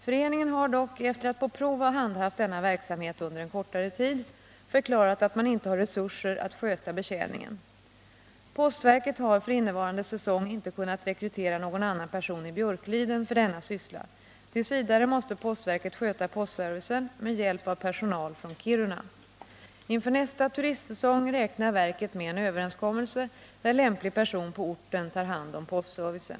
Föreningen har dock, efter att på prov ha handhaft denna verksamhet under en kortare tid, förklarat att man inte har resurser att sköta betjäningen. Postverket har för innevarande säsong inte kunnat rekrytera någon annan person i Björkliden för denna syssla. T. v. måste postverket sköta postservicen med hjälp av personal från Kiruna. Inför nästa turistsäsong räknar verket med en överenskommelse där lämplig person på orten tar hand om postservicen.